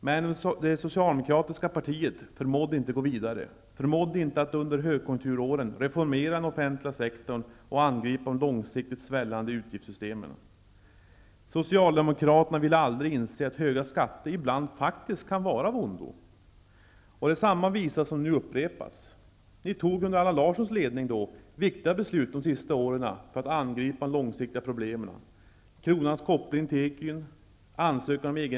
Men det Socialdemokratiska partiet förmådde inte gå vidare, förmådde inte att under högkonjunkturåren reformera den offentliga sektorn och angripa de långsiktigt svällande utgiftssystemen. Socialdemokraterna ville aldrig inse att höga skatter ibland faktiskt kan vara av ondo. Och det är samma visa som nu upprepas. Ni tog, under Allan Larssons ledning, viktiga beslut de sista åren för att angripa de långsiktiga problemen.